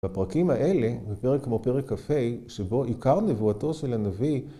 ‫בפרקים האלה, בפרק כמו פרק כה, ‫שבו עיקר נבואתו של הנביא...